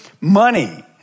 money